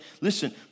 listen